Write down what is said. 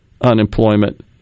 unemployment